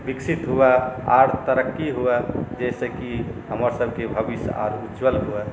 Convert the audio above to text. विकसित हुए आओर तरक्की हुए जाहिसँ कि हमरसभके भविष्य आओर उज्ज्वल हुए